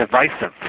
divisive